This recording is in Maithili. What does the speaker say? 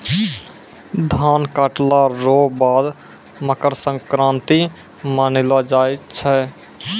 धान काटला रो बाद मकरसंक्रान्ती मानैलो जाय छै